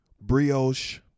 brioche